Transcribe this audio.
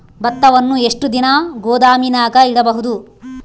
ಭತ್ತವನ್ನು ಎಷ್ಟು ದಿನ ಗೋದಾಮಿನಾಗ ಇಡಬಹುದು?